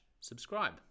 subscribe